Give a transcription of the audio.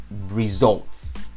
results